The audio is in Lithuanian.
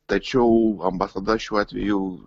tačiau ambasada šiuo atveju